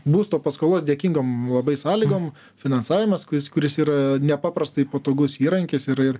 būsto paskolos dėkingom labai sąlygom finansavimas kuris kuris yra nepaprastai patogus įrankis ir ir